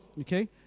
okay